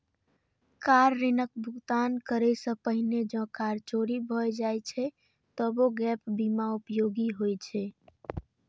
car ऋणक भुगतान करै सं पहिने जौं कार चोरी भए जाए छै, तबो गैप बीमा उपयोगी होइ छै